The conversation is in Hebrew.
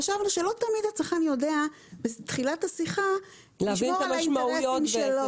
חשבנו שלא תמיד הצרכן יודע בתחילת השיחה לשמור על האינטרסים שלו.